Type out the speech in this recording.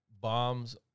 bombs